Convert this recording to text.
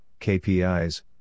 KPIs